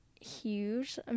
huge